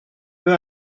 peu